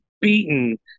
beaten